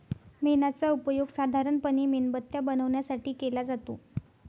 मेणाचा उपयोग साधारणपणे मेणबत्त्या बनवण्यासाठी केला जातो